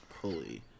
pulley